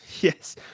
Yes